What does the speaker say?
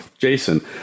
Jason